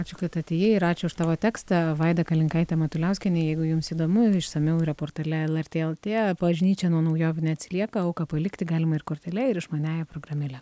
ačiū kad atėjai ir ačiū už tavo tekstą vaida kalinkaitė matuliauskienė jeigu jums įdomu išsamiau yra portale lrt lt bažnyčia nuo naujovių neatsilieka auką palikti galima ir kortele ir išmaniąja programėle